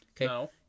No